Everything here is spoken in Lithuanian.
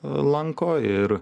lanko ir